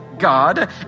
God